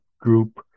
group